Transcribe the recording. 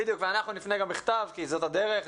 אנחנו נפנה גם בכתב כי זאת הדרך.